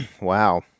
wow